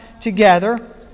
together